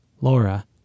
Laura